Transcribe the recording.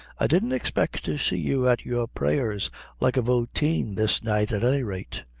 i didn't expect to see you at your prayers like a voteen this night at any rate.